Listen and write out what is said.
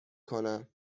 کنم